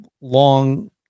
long